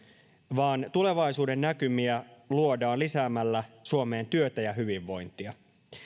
vaan tulevaisuuden näkymiä luodaan lisäämällä suomeen työtä ja hyvinvointia